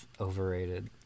Overrated